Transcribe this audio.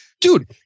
dude